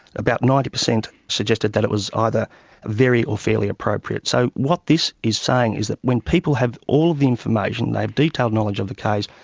about ninety percent suggested that it was either very or fairly appropriate. so what this is saying is that when people have all of the information, they have detailed knowledge of the case,